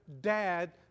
dad